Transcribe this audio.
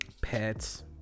pets